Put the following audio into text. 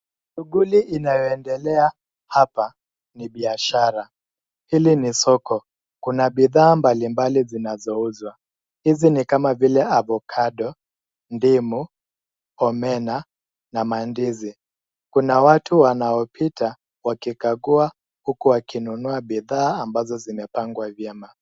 Shughuli inayoendelea hapa ni biashara. Hili ni soko, kuna bidhaa mbalimbali zinazouzwa. Hizi ni kama vile avokado, ndimu, omena na mandizi. Kuna watu wanaopita wakikagua huku wakinunua bidhaa ambazo zimepangwa vyema.